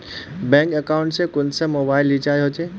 Bank account से कुंसम mobile recharge होचे?